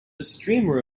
streamer